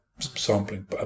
sampling